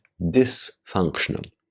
dysfunctional